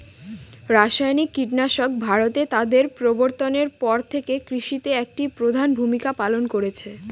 রাসায়নিক কীটনাশক ভারতে তাদের প্রবর্তনের পর থেকে কৃষিতে একটি প্রধান ভূমিকা পালন করেছে